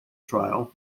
trial